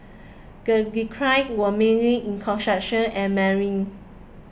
the declines were mainly in construction and marine